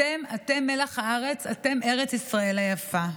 אתם, אתם מלח הארץ, אתם ארץ ישראל היפה.